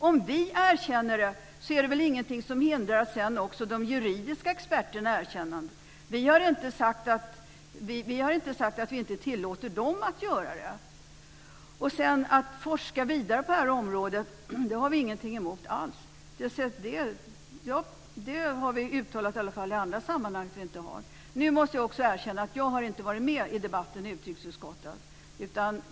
Om vi erkänner det är det väl ingenting som hindrar att också de juridiska experterna sedan erkänner det. Vi har inte sagt att vi inte tillåter dem att göra det. Att man forskar vidare på det här området har vi ingenting alls emot. Det har vi i alla fall uttalat i andra sammanhang att vi inte har. Jag måste erkänna att jag inte har varit med i debatten i utrikesutskottet.